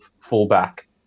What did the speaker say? fullback